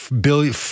billion